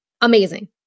Amazing